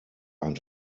ein